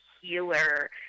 healer